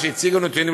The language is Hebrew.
והציגו נתונים.